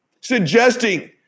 Suggesting